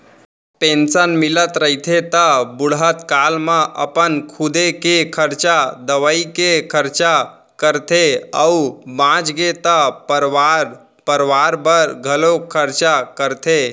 pension मिलत रहिथे त बुड़हत काल म अपन खुदे के खरचा, दवई के खरचा करथे अउ बाचगे त परवार परवार बर घलोक खरचा करथे